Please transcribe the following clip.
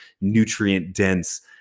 nutrient-dense